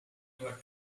your